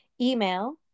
Email